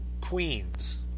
Queens